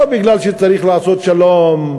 לא מפני שצריך לעשות שלום,